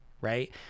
right